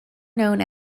known